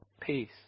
peace